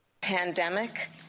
Pandemic